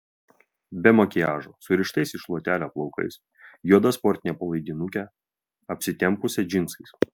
be makiažo surištais į šluotelę plaukais juoda sportine palaidinuke apsitempusią džinsais